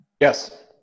Yes